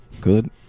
Good